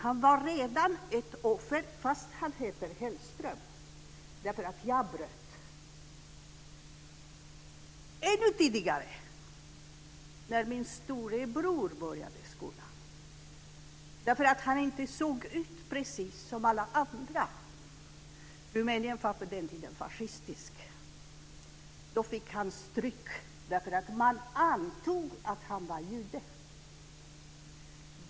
Han var redan ett offer, fast han heter Hellström, därför att jag bröt. Jag stötte också på detta ännu tidigare, när min storebror började skolan. Han mobbades därför att han inte såg ut precis som alla andra. Rumänien var på den tiden fascistiskt. Han fick stryk därför att man antog att han var jude.